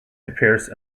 appears